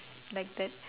like that